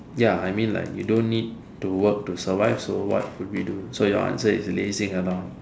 ya I mean like you don't need to work to survive so what would we do so your answer is lazing around